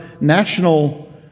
national